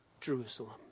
Jerusalem